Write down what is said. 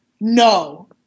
no